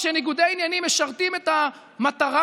כשניגודי עניינים משרתים את המטרה,